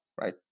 right